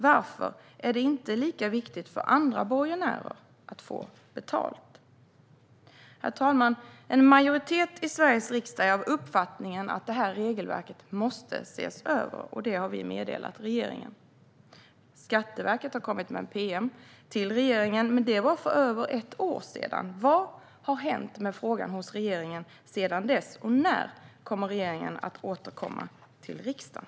Varför är det inte lika viktigt att andra borgenärer får betalt? Herr talman! En majoritet i Sveriges riksdag är av uppfattningen att det här regelverket måste ses över. Det har vi meddelat regeringen. Skatteverket har kommit med ett pm till regeringen, men det var för över ett år sedan. Vad har hänt med frågan hos regeringen sedan dess? Och när kommer regeringen att återkomma till riksdagen?